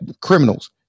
criminals